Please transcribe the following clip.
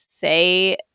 say